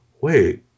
wait